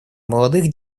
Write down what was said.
молодых